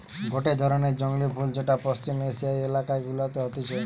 গটে ধরণের জংলী ফুল যেটা পশ্চিম এশিয়ার এলাকা গুলাতে হতিছে